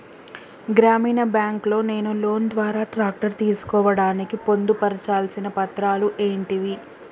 గ్రామీణ బ్యాంక్ లో నేను లోన్ ద్వారా ట్రాక్టర్ తీసుకోవడానికి పొందు పర్చాల్సిన పత్రాలు ఏంటివి?